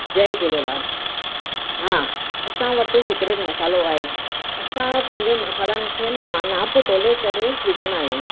जय झूलेलाल हा असां वटि सिक्रेट मसालो आहे असां पंहिंजे मसालनि खे नापु तोले करे विझंदा आहियूं